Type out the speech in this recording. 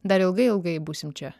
dar ilgai ilgai būsim čia